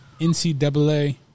NCAA